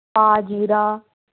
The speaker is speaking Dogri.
पाह् जीरा